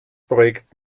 projekt